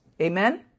Amen